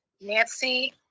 nancy